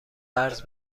قرض